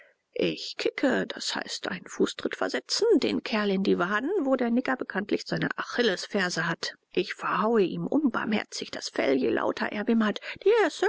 ich kicke d h einen fußtritt versetzen den kerl in die waden wo der nigger bekanntlich seine achillesferse hat ich verhaue ihm unbarmherzig das fell je lauter er